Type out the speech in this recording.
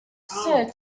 sir